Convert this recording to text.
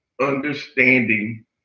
understanding